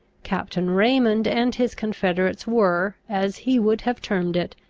captain raymond and his confederates were, as he would have termed it,